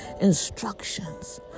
instructions